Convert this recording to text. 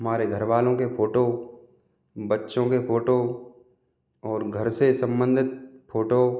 हमारे घर वालों के फ़ोटो बच्चों के फ़ोटो और घर से संबन्धित फ़ोटो